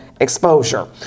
exposure